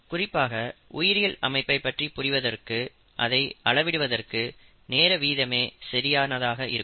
குறிப்பாக உயிரியல் அமைப்பை பற்றி புரிவதற்கும் அதை அளவிடுவதற்கு நேர வீதமே சரியானதாக இருக்கும்